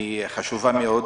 הוא חשוב מאוד.